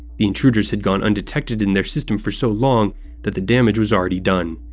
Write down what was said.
the intruders had gone undetected in their system for so long that the damage was already done.